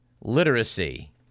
literacy